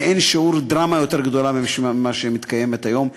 לאין שיעור דרמה יותר גדולה ממה שמתקיימת היום,